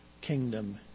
kingdom